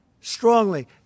strongly